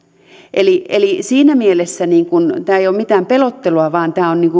eli eli siinä mielessä tämä ei ole mitään pelottelua vaan tämä on